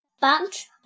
bunch